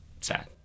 sad